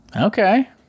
okay